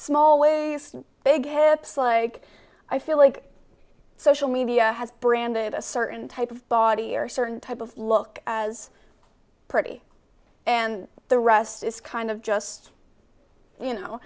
small ways big heads like i feel like social media has branded a certain type of body or certain type of look as pretty and the rest is kind of just you know